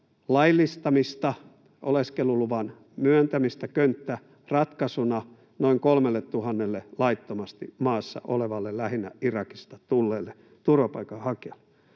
kertalaillistamista, oleskeluluvan myöntämistä könttäratkaisuna, noin 3 000:lle laittomasti maassa olevalle, lähinnä Irakista tulleelle turvapaikanhakijalle.